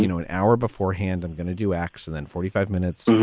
you know an hour beforehand, i'm going to do x and then forty five minutes soon.